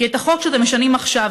כי החוק שאתם משנים עכשיו,